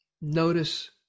Notice